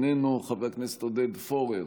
איננו, חבר הכנסת עודד פורר,